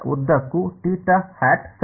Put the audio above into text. ಉದ್ದಕ್ಕೂ θ̂ ಸರಿ